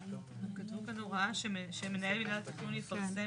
כתוב כאן הוראה שמנהל יחידה תכנונית יפרסם